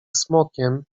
smokiem